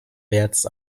werts